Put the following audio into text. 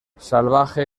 salvaje